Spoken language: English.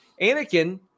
Anakin